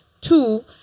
Two